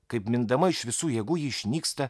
kaip mindama iš visų jėgų ji išnyksta